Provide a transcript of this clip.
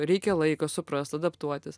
reikia laiko suprast adaptuotis